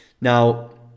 Now